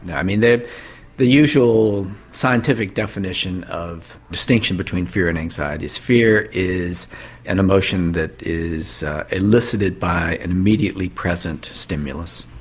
i mean the the usual scientific definition of distinction between fear and anxiety is fear is an emotion that is elicited by an immediately present stimulus.